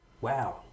Wow